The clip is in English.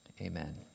amen